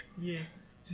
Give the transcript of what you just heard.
Yes